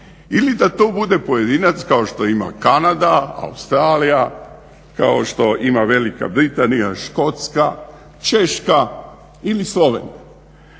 ili da to bude pojedinac kao što ima Kanada, Australija, kao što ima Velika britanija, Škotska, Češka ili Slovenija.